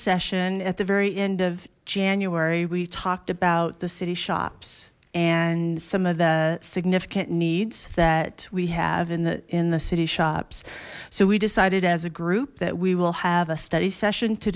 session at the very end of january we talked about the city shops and some of the significant needs that we have in the in the city shops so we decided as a group that we will have a study session to